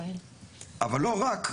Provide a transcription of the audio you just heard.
אבל לא רק.